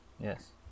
Yes